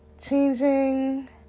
changing